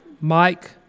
Mike